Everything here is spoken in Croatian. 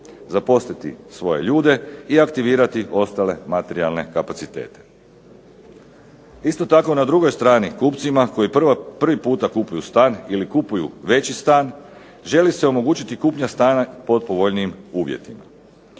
zaposliti svoje ljude i aktivirati ostale materijalne kapacitete. Isto tako na drugoj strani kupcima koji prvi puta kupuju stan ili kupuju veći stan, želi se omogućiti kupnja stana pod povoljnijim uvjetima.